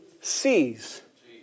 sees